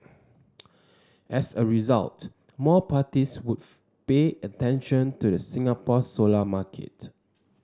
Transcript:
as a result more parties would pay attention to the Singapore solar market